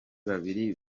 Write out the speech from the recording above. babiri